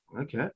Okay